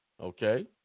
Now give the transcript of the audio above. Okay